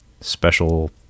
special